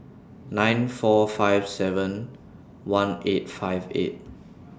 nine four five seven one eight five eight